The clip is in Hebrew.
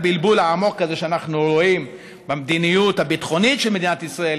הבלבול העמוק הזה שאנחנו רואים במדיניות הביטחונית של מדינת ישראל,